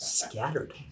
Scattered